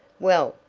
well,